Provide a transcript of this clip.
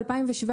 ב-2017,